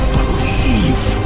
Believe